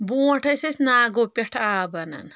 بونٛٹھ ٲسۍ أسۍ ناگو پٮ۪ٹھ آب انان